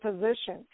position